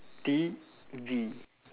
T_V